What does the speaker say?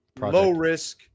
low-risk